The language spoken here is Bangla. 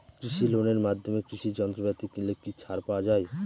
কৃষি লোনের মাধ্যমে কৃষি যন্ত্রপাতি কিনলে কি ছাড় পাওয়া যায়?